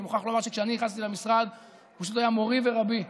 אני מוכרח לומר שכשאני נכנסתי למשרד הוא פשוט היה מורי ורבי,